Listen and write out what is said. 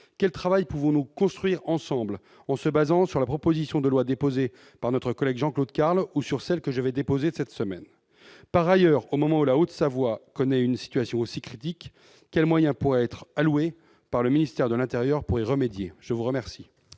Quel travail pouvons-nous construire ensemble, en nous fondant sur la proposition de loi déposée par notre collègue Jean-Claude Carle ou sur celle que je vais déposer cette semaine ? Par ailleurs, au moment où la Haute-Savoie connaît une situation aussi critique, quels moyens pourraient être alloués par le ministère de l'intérieur pour y remédier ? La parole